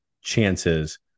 chances